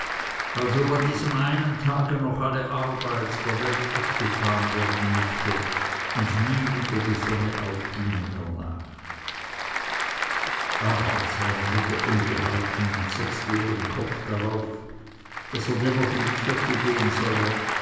als ob an diesem einen tage noch alle arbeit der welt abgetan werden müßte und nie wieder die sonne aufginge hernach da ward seine mutter ungehalten und setzte ihren kopf darauf daß er dennoch in die kirche gehen solle